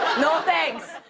no thanks.